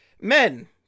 men